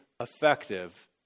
effective